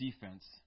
defense